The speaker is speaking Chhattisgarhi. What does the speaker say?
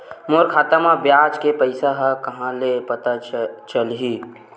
मोर खाता म ब्याज के पईसा ह कहां ले पता चलही?